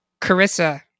Carissa